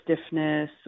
stiffness